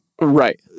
right